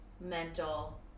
mental